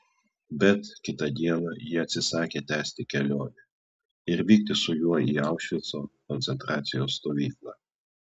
bet kitą dieną ji atsisakė tęsti kelionę ir vykti su juo į aušvico koncentracijos stovyklą